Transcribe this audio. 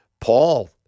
Paul